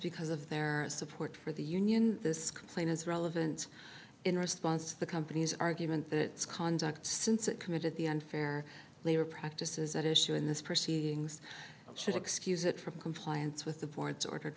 because of their support for the union this complaint is relevant in response to the company's argument that conduct since it committed the unfair labor practices at issue in this proceedings should excuse it from compliance with the board's ordered